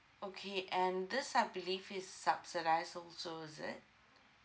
okay and this I believe is subsidised also is it